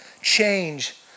change